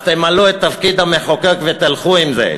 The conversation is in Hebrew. אז תמלאו את תפקיד המחוקק ותלכו עם זה.